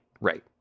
right